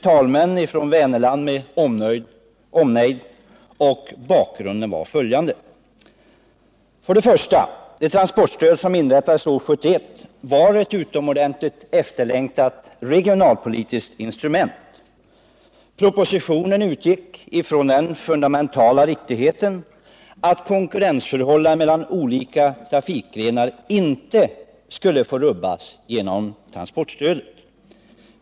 talmän, från Vänerland med omnejd. Bakgrunden var följande: Först och främst: Det transportstöd som inrättades år 1971 var ett utomordentligt efterlängtat regionalpolitiskt instrument. Propositionen utgick från den fundamentala riktigheten att konkurrensförhållandena mellan olika trafikgrenar inte skulle få rubbas genom transportstödet.